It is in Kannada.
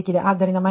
ಆದುದರಿಂದ−2